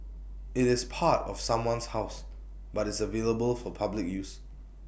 IT is part of someone's house but is available for public use